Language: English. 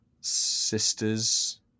Sisters